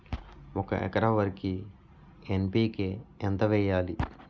ఒక ఎకర వరికి ఎన్.పి.కే ఎంత వేయాలి?